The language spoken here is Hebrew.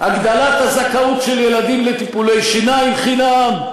הגדלת הזכאות של ילדים לטיפולי שיניים חינם.